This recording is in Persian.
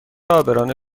عابران